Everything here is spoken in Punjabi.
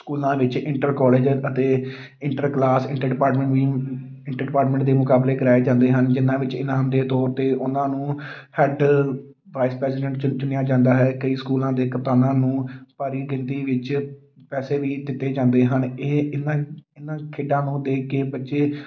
ਸਕੂਲਾਂ ਵਿੱਚ ਇੰਟਰ ਕੋਲਜ ਅਤੇ ਇੰਟਰ ਕਲਾਸ ਇੰਟਰ ਡਿਪਾਰਟਮੈਂਟ ਵੀ ਇੰਟਰ ਡਿਪਾਰਟਮੈਂਟ ਦੇ ਮੁਕਾਬਲੇ ਕਰਵਾਏ ਜਾਂਦੇ ਹਨ ਜਿਨ੍ਹਾਂ ਵਿੱਚ ਇਨਾਮ ਦੇ ਤੌਰ 'ਤੇ ਉਹਨਾਂ ਨੂੰ ਹੈਡ ਵਾਈਸ ਪ੍ਰੈਜੀਡੈਂਟ 'ਚ ਚੁਣਿਆ ਜਾਂਦਾ ਹੈ ਕਈ ਸਕੂਲਾਂ ਦੇ ਕਪਤਾਨਾਂ ਨੂੰ ਭਾਰੀ ਗਿਣਤੀ ਵਿੱਚ ਪੈਸੇ ਵੀ ਦਿੱਤੇ ਜਾਂਦੇ ਹਨ ਇਹ ਇਹਨਾਂ ਇਹਨਾਂ ਖੇਡਾਂ ਨੂੰ ਦੇਖ ਕੇ ਬੱਚੇ